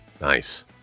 Nice